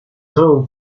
town